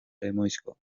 lemoizko